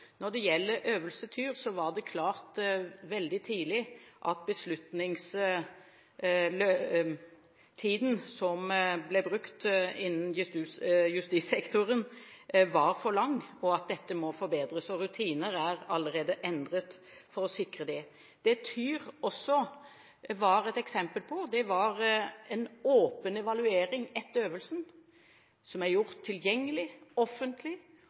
Når det gjelder Øvelse Tyr, var det klart veldig tidlig at beslutningstiden som ble brukt innen justissektoren, var for lang, og at dette må forbedres. Rutiner er allerede endret for å sikre det. Det Tyr også var et eksempel på, var en åpen evaluering etter øvelsen, som er gjort offentlig tilgjengelig,